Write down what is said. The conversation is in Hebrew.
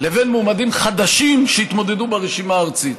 לבין מועמדים חדשים שהתמודדו ברשימה הארצית.